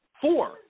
Four